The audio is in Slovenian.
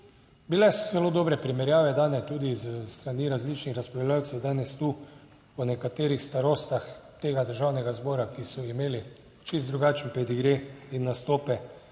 Bile so zelo dobre primerjave dane tudi s strani različnih razpravljavcev danes tu, po nekaterih starostih tega Državnega zbora, ki so imeli čisto drugačen pedigre in nastope.